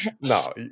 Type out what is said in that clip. No